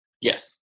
Yes